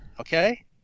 okay